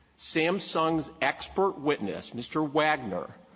samsung's expert witness, mr. wagner,